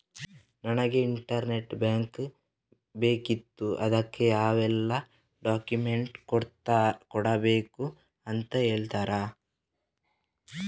ನನಗೆ internet bank ಬೇಕಿತ್ತು ಅದಕ್ಕೆ ಯಾವೆಲ್ಲಾ ಡಾಕ್ಯುಮೆಂಟ್ಸ್ ಕೊಡ್ಬೇಕು ಅಂತ ಹೇಳ್ತಿರಾ?